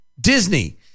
Disney